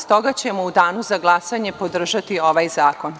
Stoga ćemo u danu za glasanje podržati ovaj zakon.